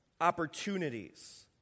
opportunities